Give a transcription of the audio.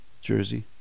Jersey